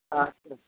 अच्छा